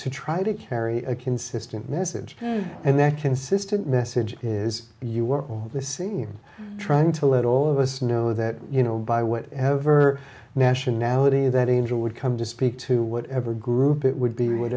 to try to carry a consistent message and that consistent message is you were on the scene trying to let all of us know that you know by whatever nationality that angel would come to speak to whatever group it would be w